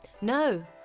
No